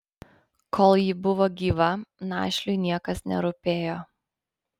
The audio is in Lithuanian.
kol ji buvo gyva našliui niekas nerūpėjo